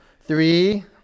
Three